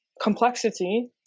complexity